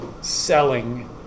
selling